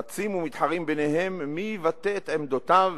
רצים ומתחרים ביניהם מי יבטא את עמדותיו